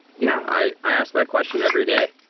yeah, i i ask that question every day.